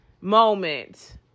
moment